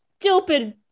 stupid